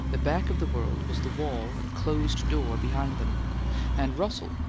the back of the world was the wall and closed door behind them and russell,